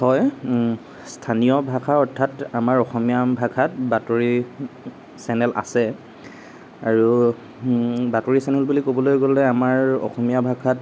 হয় স্থানীয় ভাষাত অৰ্থাৎ আমাৰ অসমীয়া ভাষাত বাতৰি চেনেল আছে আৰু বাতৰি চেনেল বুলি ক'বলৈ গ'লে আমাৰ অসমীয়া ভাষাত